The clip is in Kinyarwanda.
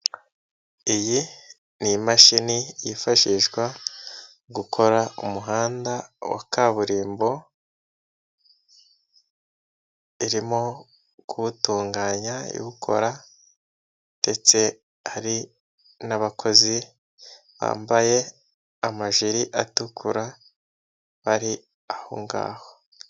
Iyi ni imashini yifashishwa gukora umuhanda wa kaburimbo, irimo kuwutunganya iwukora ndetse hari n'abakozi bambaye amajeri atukura, bari aho ngaho.